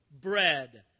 bread